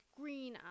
green